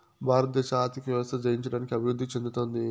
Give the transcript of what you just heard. భారతదేశ ఆర్థిక వ్యవస్థ జయించడానికి అభివృద్ధి చెందుతోంది